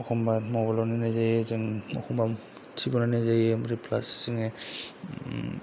एखनबा मबाइल आव नायनाय जायो एखनबा टिभि आव नायनाय जायो प्लास जोङो